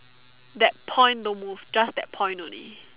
that point don't move just that point only